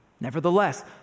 Nevertheless